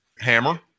Hammer